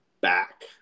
back